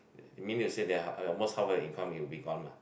meaning to say that almost half of the income will be gone lah